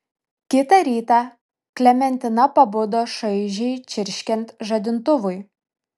kitą rytą klementina pabudo šaižiai čirškiant žadintuvui